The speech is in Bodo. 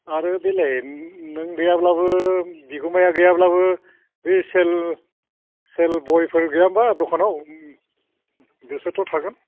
आरो बेलाय नों गैयाब्लाबो बिगुमाया गैयाब्लाबो बे सेल सेल बयफोर गैया होनब्ला दखानाव बिसोरथ' थागोन